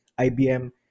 IBM